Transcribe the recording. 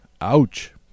Ouch